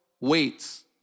waits